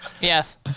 Yes